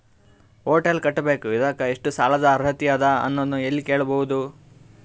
Hotel ಕಟ್ಟಬೇಕು ಇದಕ್ಕ ಎಷ್ಟ ಸಾಲಾದ ಅರ್ಹತಿ ಅದ ಅನ್ನೋದು ಎಲ್ಲಿ ಕೇಳಬಹುದು?